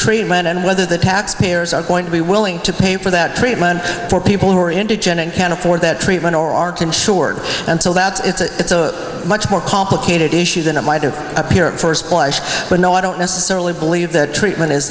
treatment and whether the taxpayers are going to be willing to pay for that treatment for people who are indigent and can't afford that treatment or are can sure and so that's it's a it's a much more complicated issue than it might have appear at first blush but no i don't necessarily believe that treatment is